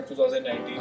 2019